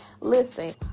Listen